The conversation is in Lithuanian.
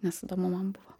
nes įdomu man buvo